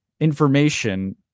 information